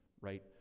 right